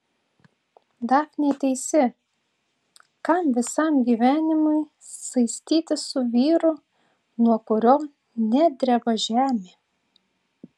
dafnė teisi kam visam gyvenimui saistytis su vyru nuo kurio nedreba žemė